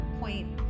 point